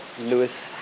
Lewis